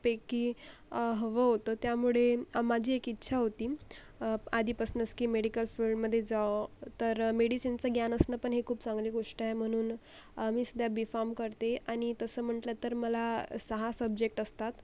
पैकी हवं होतं त्यामुळे माझी एक इच्छा होती आधीपासूनच की मेडिकल फील्डमध्ये जावं तर मेडिसीनचं ज्ञान असणं पण हे खूप चांगली गोष्ट आहे म्हणून मी सध्या बी फाम करते आणि तसं म्हटलं तर मला सहा सब्जेक्ट असतात